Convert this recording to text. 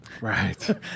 Right